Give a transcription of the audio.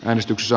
äänestyksessä